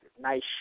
nice